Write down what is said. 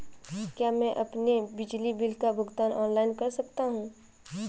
क्या मैं अपने बिजली बिल का भुगतान ऑनलाइन कर सकता हूँ?